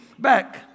back